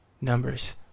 numbers